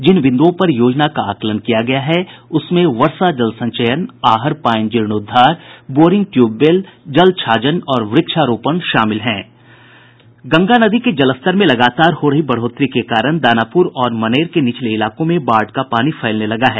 जिन बिंदुओं पर योजना का आकलन किया गया है उसमें वर्षा जल संचयन आहर पाइन जीर्णोद्धार बोरिंग ट्यूबवेल जल छाजन और वृक्षारोपण शामिल हैं गंगा नदी के जलस्तर में लगातार हो रही बढ़ोत्तरी के कारण दानापुर और मनेर के निचले इलाकों में बाढ़ का पानी फैलने लगा है